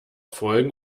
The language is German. folgen